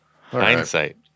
Hindsight